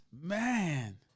man